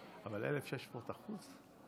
אבל 1,600%?